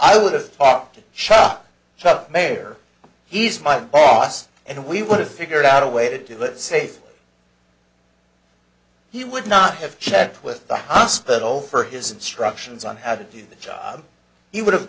i would have talked to shop shop mayor he's my boss and we would have figured out a way to do it safely he would not have checked with the hospital for his instructions on how to do the job he would have